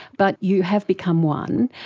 but you have become one.